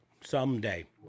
Someday